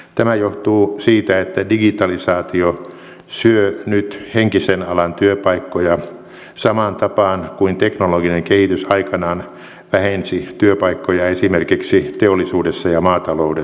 tämä johtuu siitä että digitalisaatio syö nyt henkisen alan työpaikkoja samaan tapaan kuin teknologinen kehitys aikanaan vähensi työpaikkoja esimerkiksi teollisuudessa ja maataloudessa